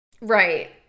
Right